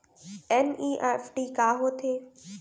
NEFT का होथे?